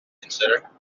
consider